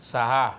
सहा